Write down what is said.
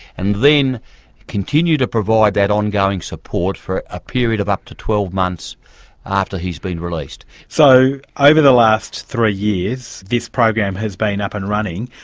and then continue to provide that ongoing support for a period of up to twelve months after he's been released. so over the last three years, this program has been up and running.